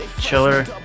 chiller